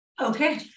Okay